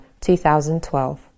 2012